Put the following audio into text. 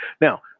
Now